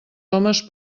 homes